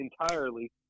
entirely